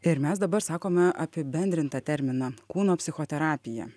ir mes dabar sakome apibendrintą terminą kūno psichoterapija